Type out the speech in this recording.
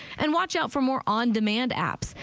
and watch out for more on demand apps.